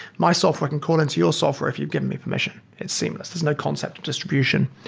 my software can call into your software if you've given me permission. it's seamless. there's no concept of distribution.